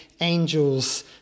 angels